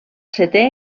setè